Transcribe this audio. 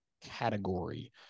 category